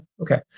okay